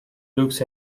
looks